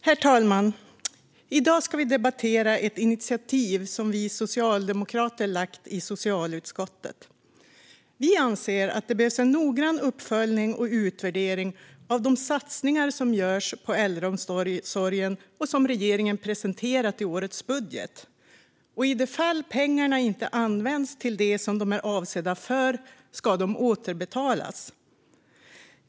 Herr talman! I dag ska vi debattera ett initiativ som vi socialdemokrater lagt fram i socialutskottet. Vi anser att det behövs en noggrann uppföljning och utvärdering av de satsningar som görs på äldreomsorgen och som regeringen presenterat i årets budget. I de fall pengarna inte använts till det som de är avsedda för ska de återbetalas.